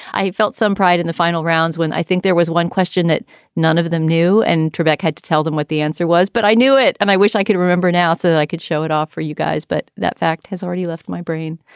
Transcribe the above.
i felt some pride in the final rounds when i think there was one question that none of them knew. and trubek had to tell them what the answer was. but i knew it, and i wish i could remember now so that i could show it off for you guys but that fact has already left my brain.